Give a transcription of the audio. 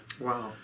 Wow